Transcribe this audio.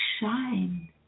shine